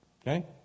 Okay